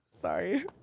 Sorry